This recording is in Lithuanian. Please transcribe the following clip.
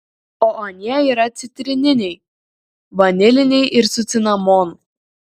o anie yra citrininiai vaniliniai ir su cinamonu